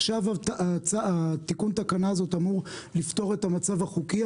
עכשיו תיקון התקנה הזאת אמור לפתור את המצב החוקי.